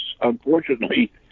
unfortunately